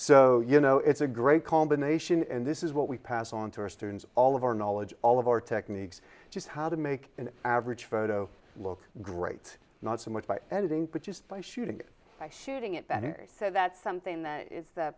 so you know it's a great combination and this is what we pass on to our students all of our knowledge all of our techniques just how to make an average photo look great not so much by editing but just by shooting by shooting it better so that's something that